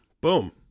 Boom